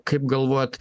kaip galvojat